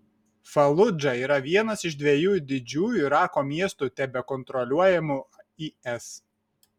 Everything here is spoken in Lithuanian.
faludža yra vienas iš dviejų didžiųjų irako miestų tebekontroliuojamų is